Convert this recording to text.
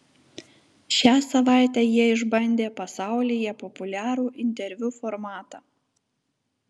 šią savaitę jie išbandė pasaulyje populiarų interviu formatą